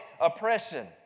oppression